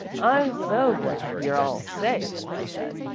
i'm so glad you're all safe, she said.